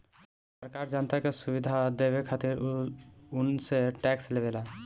सरकार जनता के सुविधा देवे खातिर उनसे टेक्स लेवेला